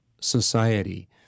society